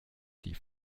die